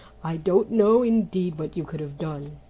i don't know indeed what you could have done,